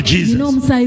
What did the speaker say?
Jesus